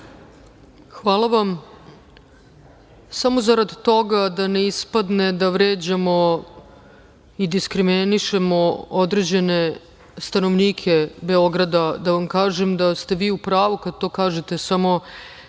Hvala vam. Samo zarad toga da ne ispadne da vređamo i diskriminišemo određene stanovnike Beograda, da vam kažem da ste vi u pravu kada to kažete, samo